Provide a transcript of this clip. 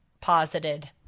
posited